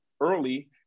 early